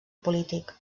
polític